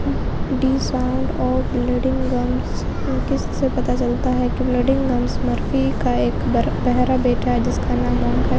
the sound of bleeding gums قسط سے پتہ چلتا ہے کہ بلیڈنگ گمس مرفی کا ایک بہرا بیٹا ہے جس کا نام مونک ہے